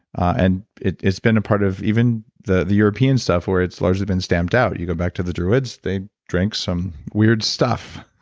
and it's it's been a part of even even the european stuff where it's largely been stamped out. you go back to the druids, they drink some weird stuff,